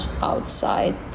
outside